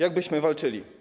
Jak byśmy walczyli?